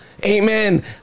Amen